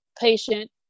patient